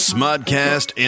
Smudcast